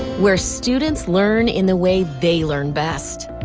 where students learn in the way they learn best.